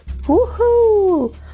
Woohoo